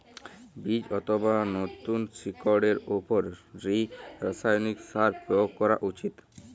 বীজ অথবা নতুন শিকড় এর উপর কি রাসায়ানিক সার প্রয়োগ করা উচিৎ?